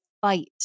fight